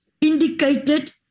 indicated